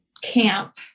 camp